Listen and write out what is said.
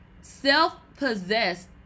Self-possessed